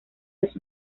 los